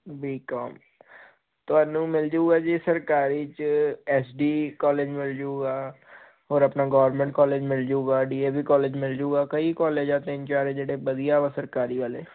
B com ਤੁਹਾਨੂੰ ਮਿਲ ਜਾਊਗਾ ਜੀ ਸਰਕਾਰੀ 'ਚ ਐਸ ਡੀ ਕਾਲਜ ਵੈਲਿਊ ਆ ਔਰ ਆਪਣਾ ਗੌਰਮੈਂਟ ਕਾਲਜ ਮਿਲ ਜਾਊਗਾ ਡੀ ਏ ਵੀ ਕਾਲਜ ਮਿਲ ਜਾਊਗਾ ਕਈ ਕਾਲਜ ਆ ਤਿੰਨ ਚਾਰ ਜਿਹੜੇ ਵਧੀਆ ਸਰਕਾਰੀ ਵਾਲੇ